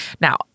Now